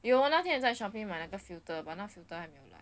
有 ah 那天你在 shopee 买的那个 filter but 那个 filter 还没有来